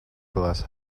glass